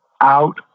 out